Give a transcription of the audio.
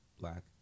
black